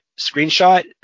screenshot